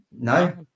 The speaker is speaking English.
No